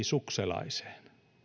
sukselaiseen